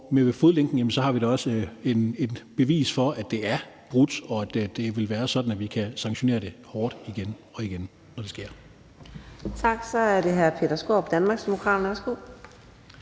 med fodlænken har vi da også et bevis for, at den er brudt, så det vil være sådan, at vi kan sanktionere det hårdt igen og igen, når det sker.